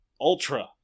Ultra